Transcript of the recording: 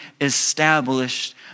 established